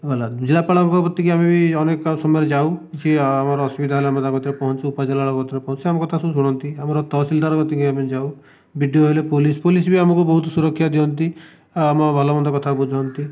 ଗଲା ଜିଲ୍ଲାପାଳଙ୍କ କତିକି ଆମେ ବି ଅନେକ ସମୟରେ ଯାଉ କିଛି ଆମର ଅସୁବିଧା ହେଲେ ଆମେ ତାଙ୍କ କତିରେ ପହଞ୍ଚୁ ଉପଜିଲ୍ଲାପାଳଙ୍କ କତିରେ ପହଞ୍ଚୁ ସେ ଆମର ସବୁକଥା ଶୁଣନ୍ତି ଆମର ତହସିଲଦାରଙ୍କ କତିକି ଆମେ ଯାଉ ବିଡ଼ିଓ ହେଲେ ପୋଲିସ୍ ପୋଲିସ୍ ବି ଆମକୁ ବହୁତ ସୁରକ୍ଷା ଦିଅନ୍ତି ଆଉ ଆମ ଭଲମନ୍ଦ କଥା ବୁଝନ୍ତି